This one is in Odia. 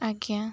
ଆଜ୍ଞା